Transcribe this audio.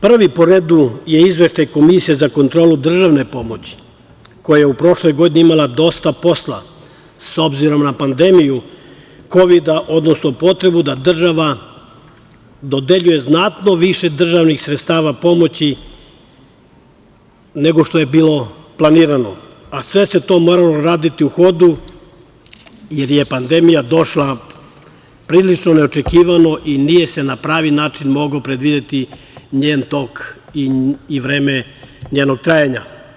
Prvi po redu je Izveštaj Komisije za kontrolu državne pomoći, koja je u prošloj godini imala dosta posla, s obzirom na pandemiju kovida, odnosno potrebu da država dodeljuje znatno više državnih sredstava pomoći nego što je bilo planirano, a sve se to moralo raditi u hodu, jer je pandemija došla prilično neočekivano i nije se na pravi način mogao predvideti njen tok i vreme njenog trajanja.